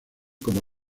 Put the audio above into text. como